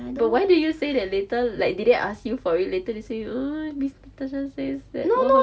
but why did you say that later like did they ask you for it later they say uh miss natasha says that